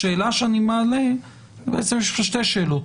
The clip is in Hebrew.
אני מעלה בעצם שתי שאלות.